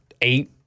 eight